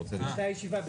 עד מתי הישיבה.